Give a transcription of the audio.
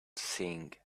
sing